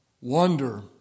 wonder